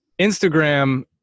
Instagram